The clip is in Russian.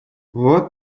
вот